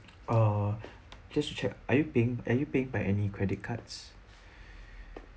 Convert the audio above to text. uh just to check are you paying are you paid by any credit cards